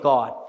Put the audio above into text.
God